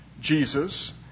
Jesus